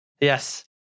yes